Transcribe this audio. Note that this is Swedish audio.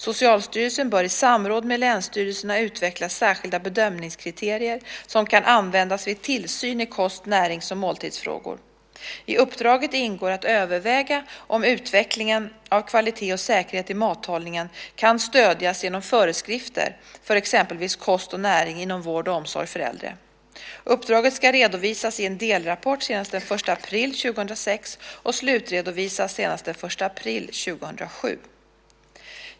Socialstyrelsen bör i samråd med länsstyrelserna utveckla särskilda bedömningskriterier som kan användas vid tillsyn i kost-, närings och måltidsfrågor. I uppdraget ingår att överväga om utvecklingen av kvalitet och säkerhet i mathållningen kan stödjas genom föreskrifter för exempelvis kost och näring inom vård och omsorg för äldre. Uppdraget ska redovisas i en delrapport senast den 1 april 2006 och slutredovisas senast den 1 april 2007.